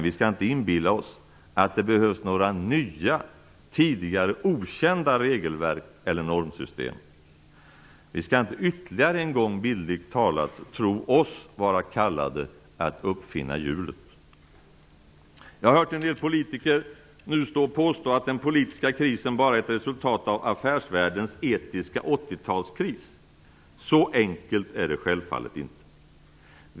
Vi skall inte inbilla oss att det behövs några nya, tidigare okända regelverk eller normsystem. Vi skall inte ytterligare en gång, bildligt talat, tro oss vara kallade att uppfinna hjulet. Jag har hört att en del politiker nu påstår att den politiska krisen bara är ett resultat av affärsvärldens etiska 80-talskris. Så enkelt är det självfallet inte!